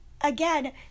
Again